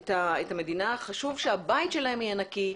את המדינה, חשוב שהבית שלהם יהיה נקי,